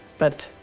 but